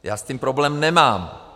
Já s tím problém nemám.